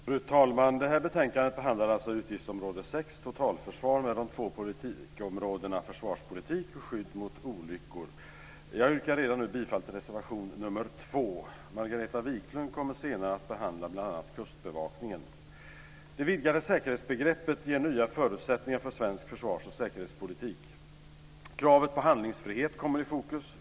Fru talman! I det här betänkandet behandlas alltså utgiftsområde 6 Totalförsvar med de två politikområdena försvarspolitik och skydd mot olyckor. Jag yrkar redan nu bifall till reservation 2. Margareta Viklund kommer senare att behandla bl.a. Kustbevakningen. Det vidgade säkerhetsbegreppet ger nya förutsättningar för svensk försvars och säkerhetspolitik. Kravet på handlingsfrihet kommer i fokus.